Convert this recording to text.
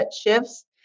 shifts